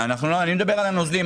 אני מדבר על הנוזלים.